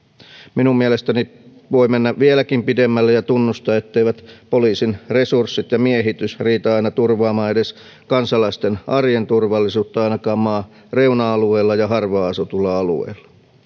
minun mielestäni voi mennä vieläkin pidemmälle ja tunnustaa etteivät poliisin resurssit ja miehitys riitä aina turvaamaan edes kansalaisten arjen turvallisuutta ainakaan maan reuna alueilla ja harvaan asutuilla alueilla